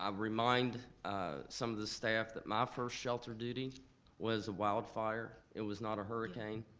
um remind some of the staff that my first shelter duty was a wildfire, it was not a hurricane.